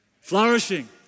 Flourishing